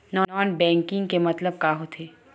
Non banking के मतलब का होथे?